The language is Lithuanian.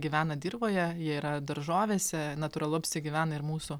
gyvena dirvoje jie yra daržovėse natūralu apsigyvena ir mūsų